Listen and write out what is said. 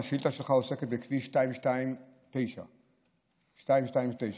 השאילתה שלך עוסקת בכביש 229. יפה.